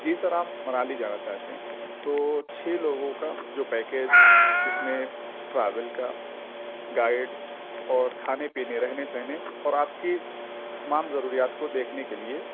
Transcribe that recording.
جی sir آپ منالی جانا چاہتے ہیں تو چھ لوگوں کا جو پیکج جس میں ٹراویل کا گائیڈ اور کھانے پینے رہنے سہنے اور آپ کی تمام ضروریات کو دیکھنے کے لیے